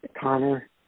Connor